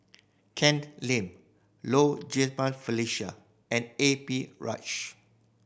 Ken Lim Low Jimenez Felicia and A P Rajah